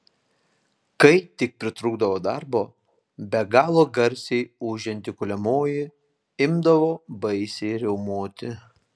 kai tik pritrūkdavo darbo be galo garsiai ūžianti kuliamoji imdavo baisiai riaumoti